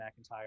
McIntyre